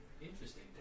Interesting